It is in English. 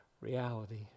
reality